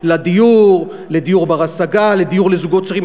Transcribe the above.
לדיור, לדיור בר-השגה, לדיור לזוגות צעירים?